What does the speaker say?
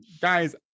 guys